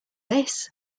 this